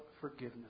forgiveness